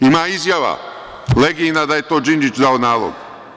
Ima izjava Legijina da je to Đinđić dao nalog.